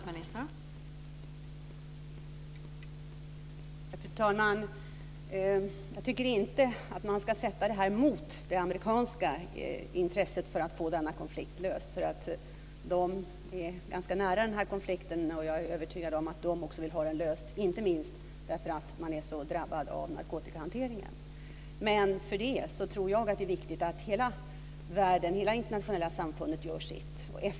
Fru talman! Jag tycker inte att man ska sätta det här mot det amerikanska intresset av att få denna konflikt löst. De är ganska nära den här konflikten, och jag är övertygad om att de också vill ha den löst, inte minst därför att man är så drabbad av narkotikahanteringen. Jag tror ändå att det är viktigt att hela det internationella samfundet gör sitt.